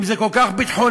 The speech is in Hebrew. אם זה כל כך ביטחוני,